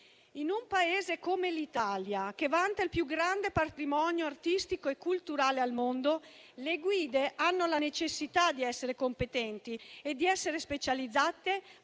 In un Paese come l'Italia, che vanta il più grande patrimonio artistico e culturale al mondo, le guide hanno la necessità di essere competenti e specializzate